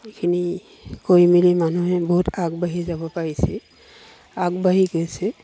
এইখিনি কৰি মেলি মানুহে বহুত আগবাঢ়ি যাব পাৰিছে আগবাঢ়ি গৈছে